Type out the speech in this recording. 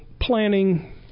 planning